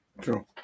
True